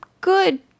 good